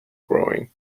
growing